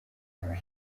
her